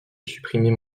supprimer